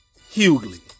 Hughley